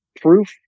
proof